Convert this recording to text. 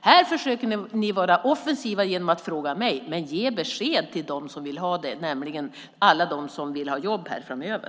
Ni försöker vara offensiva genom att fråga mig, men ge besked till dem som vill ha det, nämligen alla som vill ha jobb framöver.